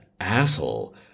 asshole